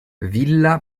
villa